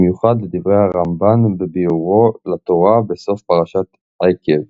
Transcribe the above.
במיוחד לדברי הרמב"ן בביאורו לתורה בסוף פרשת עקב.